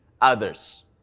others